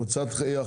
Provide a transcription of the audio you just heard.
קבוצת יש